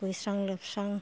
दुगैस्रां लोबस्रां